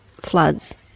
floods